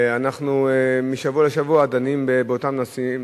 אנחנו משבוע לשבוע דנים באותם נושאים,